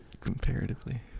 comparatively